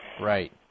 Right